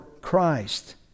Christ